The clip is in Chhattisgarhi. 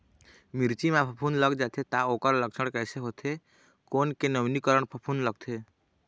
मिर्ची मा फफूंद लग जाथे ता ओकर लक्षण कैसे होथे, कोन के नवीनीकरण फफूंद लगथे?